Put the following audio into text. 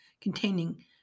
containing